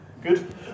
Good